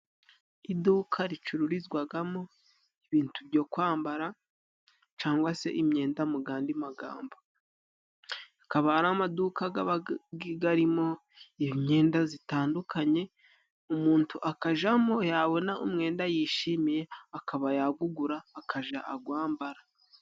Iduka ricururizwagamo ibitu byo kwambara cangwa se imyenda mu gandi magambo. Akaba ari amaduka gabaga garimo imyenda zitandukanye. Umutu akajamo yabona umwenda yishimiye akaba yagugura akaja agwambara.